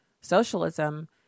Socialism